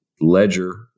ledger